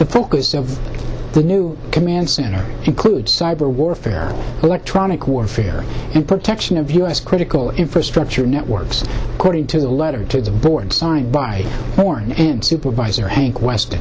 the focus of the new command center includes cyber warfare electronic warfare and protection of u s critical infrastructure networks according to the letter to the board signed by horn and supervisor hank west